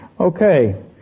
Okay